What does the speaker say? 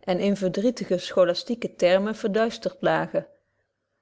en in verdrietige scholastieke termen verduisterd lagen